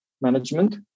management